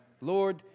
Lord